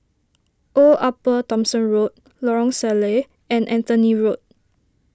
Old Upper Thomson Road Lorong Salleh and Anthony Road